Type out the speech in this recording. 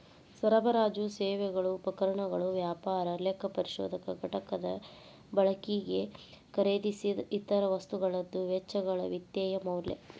ಸರಬರಾಜು ಸೇವೆಗಳು ಉಪಕರಣಗಳು ವ್ಯಾಪಾರ ಲೆಕ್ಕಪರಿಶೋಧಕ ಘಟಕದ ಬಳಕಿಗೆ ಖರೇದಿಸಿದ್ ಇತರ ವಸ್ತುಗಳದ್ದು ವೆಚ್ಚಗಳ ವಿತ್ತೇಯ ಮೌಲ್ಯ